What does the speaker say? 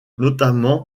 notamment